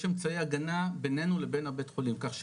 ויש אמצעי הגנה, ביננו לבין הבית חולים, ככה,